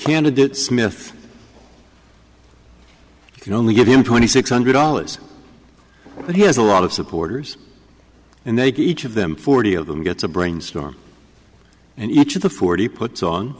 candidate smith can only give him twenty six hundred dollars but he has a lot of supporters and they give each of them forty of them gets a brainstorm and each of the forty put son